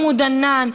עמוד ענן,